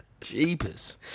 Jeepers